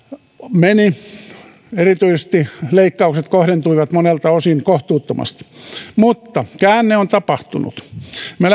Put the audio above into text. meni erityisesti leikkaukset kohdentuivat monelta osin kohtuuttomasti mutta käänne on tapahtunut me